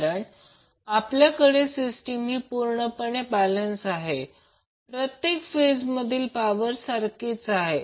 कारण आपल्याकडे सिस्टीम ही पूर्णपणे बॅलेन्स आहे प्रत्येक फेज मधील पॉवर सारखीच आहे